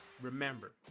Remember